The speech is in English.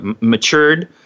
matured